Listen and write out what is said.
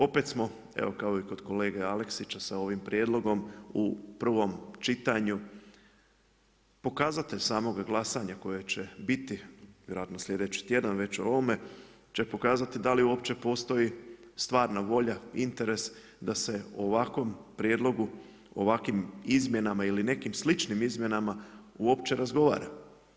Opet smo evo kao i kod kolege Aleksića sa ovim prijedlogom u prvom čitanju pokazatelj samog glasanja koje će biti vjerojatno sljedeći tjedan već o ovome će pokazati da li uopće postoji stvarna volja interes da se ovakvom prijedlogu ovakvim izmjenama ili nekim sličnim izmjenama uopće razgovara.